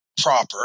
proper